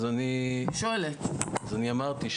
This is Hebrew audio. אז אמרתי,